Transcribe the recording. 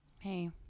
Hey